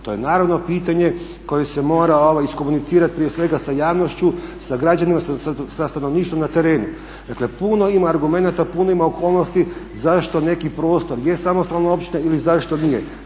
To je pitanje koje se mora izkomunicirati prije svega sa javnošću sa građanima sa stanovništvom na terenu. Dakle puno ima argumenata, puno ima okolnosti zašto neki prostor gdje je samostalna općina ili zašto nije.